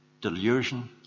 delusion